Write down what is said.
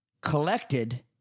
Collected